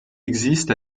existent